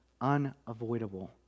unavoidable